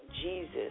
Jesus